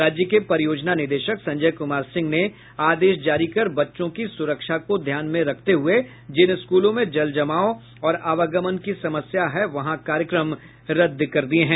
राज्य के परियोजना निदेशक संजय कुमार सिंह ने आदेश जारी कर बच्चों की सुरक्षा को ध्यान में रखते हुए जिन स्कूलों में जल जमाव और आवागमन की समस्या है वहां कार्यक्रम रद्द कर दिये हैं